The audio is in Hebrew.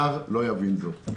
זר לא יבין זאת.